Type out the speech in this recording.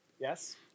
Yes